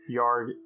Yarg